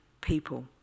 people